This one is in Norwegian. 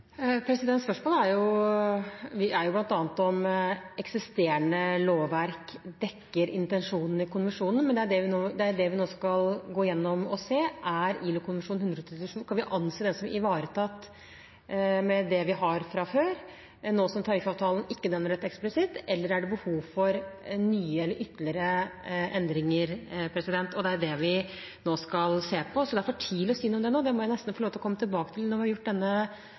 Spørsmålet er bl.a. om eksisterende lovverk dekker intensjonen i konvensjonen. Det er det vi nå skal gå igjennom og se: Kan vi anse ILO-konvensjon 137 ivaretatt med det vi har fra før, nå som tariffavtalen ikke nevner dette eksplisitt, eller er det behov for nye eller ytterligere endringer? Det er det vi nå skal se på, så det er for tidlig å si noe om det nå. Det må jeg nesten få lov til å komme tilbake til når vi har gjort denne